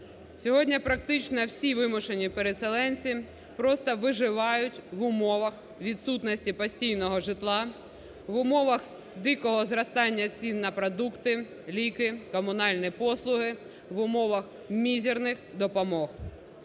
Сьогодні практично всі вимушені переселенці просто виживають в умовах відсутності постійного житла, в умовах дикого зростання цін на продукти, ліки, комунальні послуги, в умовах мізерних допомог.